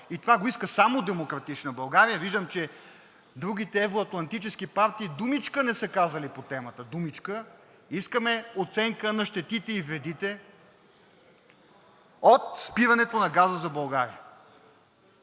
и това го иска само „Демократична България“, виждам, че другите евро-атлантически партии думичка не са казали по темата, думичка, искаме оценка на щетите и вредите от спирането на газа за България.